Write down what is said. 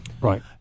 Right